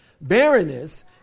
Barrenness